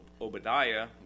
Obadiah